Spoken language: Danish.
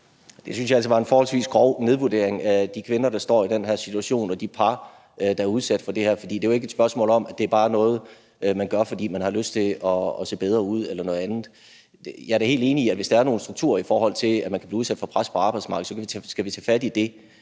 Det synes jeg altså var en forholdsvis grov nedvurdering af de kvinder, der står i den her situation, og de par, der er udsat for det her. For det er jo ikke et spørgsmål om, at det bare er noget, man gør, fordi man har lyst til at se bedre ud eller noget andet. Jeg er da helt enig i, at hvis der er nogle strukturer, i forhold til at man kan blive udsat for pres fra arbejdsmarkedet, så skal vi tage fat i det.